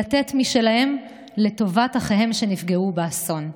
לתת משלהם לטובת אחיהם שנפגעו באסון.